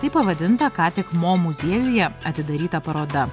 taip pavadinta ką tik mo muziejuje atidaryta paroda